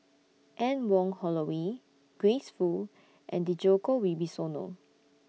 Anne Wong Holloway Grace Fu and Djoko Wibisono